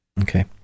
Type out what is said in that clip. Okay